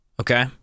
Okay